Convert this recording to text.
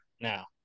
now